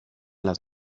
las